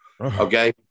Okay